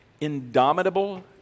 indomitable